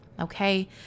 okay